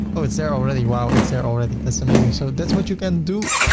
ah it's there already. wow! it's there already that's amazing. so that's what you can do.